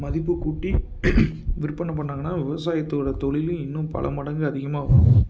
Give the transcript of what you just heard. மதிப்புக்கூட்டி விற்பனை பண்ணாங்கனால் விவசாயத்தோட தொழிலும் இன்னும் பல மடங்கு அதிகமாகும்